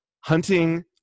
hunting